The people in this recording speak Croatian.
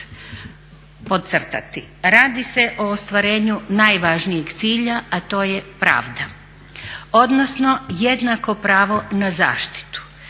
radi se o ostvarenju najvažnijeg cilja a to je pravda, odnosno jednako pravo na zaštitu,